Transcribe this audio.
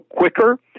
quicker